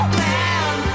man